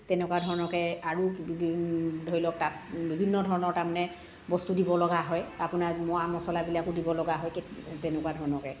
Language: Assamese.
তেনেকুৱা ধৰণকৈ আৰু ধৰি লওক তাত বিভিন্ন ধৰণৰ তাৰমানে বস্তু দিব লগা হয় আপোনাৰ মা মচলাবিলাকো দিব লগা হয় কে তেনেকুৱা ধৰণকৈ